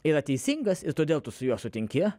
yra teisingas ir todėl tu su juo sutinki